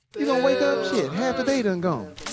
you gonna wake up? shit, half the day done gone.